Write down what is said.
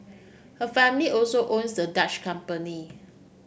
her family also owns the Dutch company